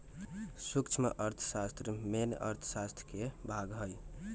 सूक्ष्म अर्थशास्त्र मेन अर्थशास्त्र के भाग हई